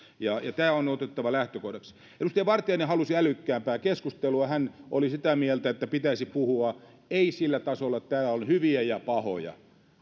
ja tämä on otettava lähtökohdaksi edustaja vartiainen halusi älykkäämpää keskustelua hän oli sitä mieltä ettei pitäisi puhua sillä tasolla että täällä on hyviä ja pahoja